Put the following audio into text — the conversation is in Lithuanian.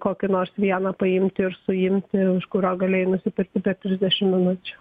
kokį nors vieną paimti ir suimti iš kurio galėjai nusipirkti per trisdešim minučių